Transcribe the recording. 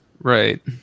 Right